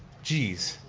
jeez.